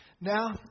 Now